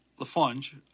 Lafonge